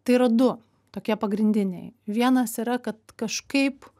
tai yra du tokie pagrindiniai vienas yra kad kažkaip